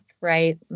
right